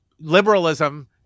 liberalism